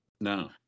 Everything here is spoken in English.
no